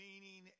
meaning